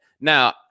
Now